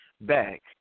back